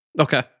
Okay